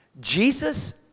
Jesus